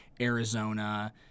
Arizona